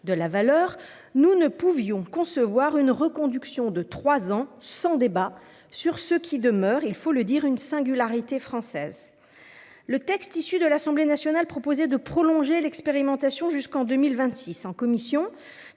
de la valeur, nous ne pouvions concevoir une reconduction de trois ans sans débat sur ce qui demeure une singularité française. Le texte issu de l'Assemblée nationale proposait de prolonger l'expérimentation jusqu'en 2026. En commission,